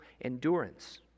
endurance